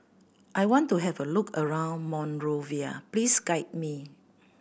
I want to have a look around Monrovia please guide me